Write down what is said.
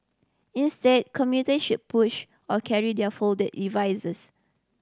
instead commuter should push or carry their folded devices